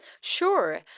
Sure